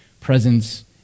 presence